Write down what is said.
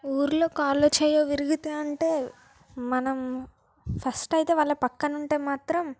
ఊర్లో కాలో చెయ్యో విరిగితే అంటే మనం ఫస్ట్ అయితే వాళ్ళ పక్కనుంటే మాత్రం